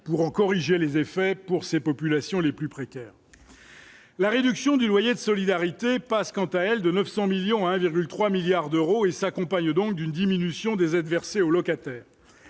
pour en corriger les effets pour ces populations les plus précaires, la réduction du loyer de solidarité passe quant à elle de 900 millions à 1,3 milliards d'euros et s'accompagne donc d'une diminution des aides versées au locataire